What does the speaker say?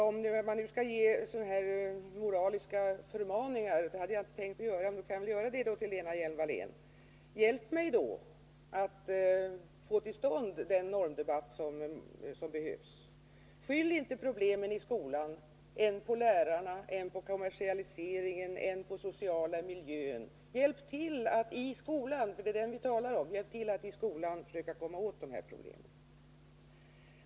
Om man nu skall ge moraliska förmaningar — vilket jag inte hade tänkt — kan jag väl ge en sådan till Lena Hjelm-Wallén: Hjälp mig då att få till stånd den normdebatt som behövs! Skyll inte problemen i skolan än på lärarna, än på kommersialiseringen, än på den sociala miljön! Hjälp till att i skolan — det är den vi talar om — försöka komma åt dessa problem!